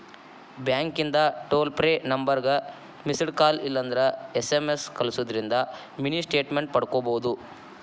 ಬ್ಯಾಂಕಿಂದ್ toll free ನಂಬರ್ಗ missed call ಇಲ್ಲಂದ್ರ ಎಸ್.ಎಂ.ಎಸ್ ಕಲ್ಸುದಿಂದ್ರ ಮಿನಿ ಸ್ಟೇಟ್ಮೆಂಟ್ ಪಡ್ಕೋಬೋದು